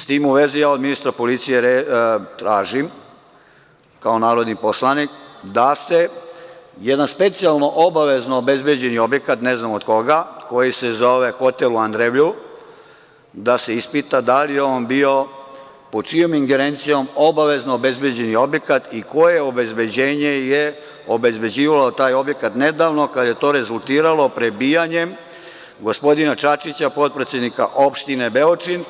S tim u vezi, ja od ministra policija tražim kao narodni poslanik da se jedan specijalno, obavezno obezbeđeni objekat, ne znam od koga, koji se zove hotel u Andrevlju, da se ispita da je on bio po čijom ingerencijom obavezno obezbeđeni objekat i koje obezbeđenje je obezbeđivao taj objekat nedavno kada je to rezultiralo prebijanjem gospodina Čačića podpredsednika opštine Beočin,